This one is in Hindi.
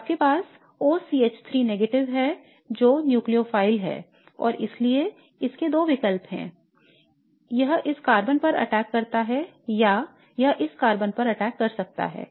तो आपके पास OCH3 है जो न्यूक्लियोफाइल है और इसलिए इसके दो विकल्प हैं यह इस कार्बन से अटैक करता है या यह इस कार्बन पर अटैक कर सकता है